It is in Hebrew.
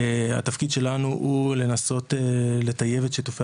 התפקיד שלנו הוא לנסות לטייב את שיתופי